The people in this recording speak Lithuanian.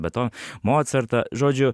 be to mocartą žodžiu